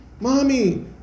Mommy